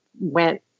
went